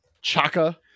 Chaka